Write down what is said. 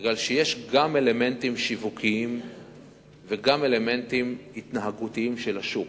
בגלל שיש גם אלמנטים שיווקיים וגם אלמנטים התנהגותיים של השוק.